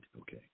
okay